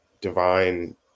divine